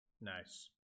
nice